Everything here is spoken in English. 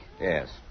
Yes